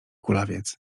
kulawiec